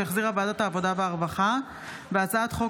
שהחזירה ועדת העבודה והרווחה לקריאה ראשונה: הצעת חוק